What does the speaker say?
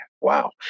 Wow